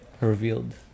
revealed